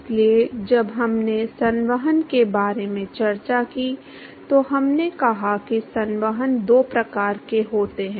इसलिए जब हमने संवहन के बारे में चर्चा की तो हमने कहा कि संवहन दो प्रकार के होते हैं